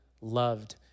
loved